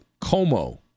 Como